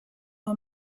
are